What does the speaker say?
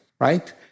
right